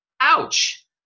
ouch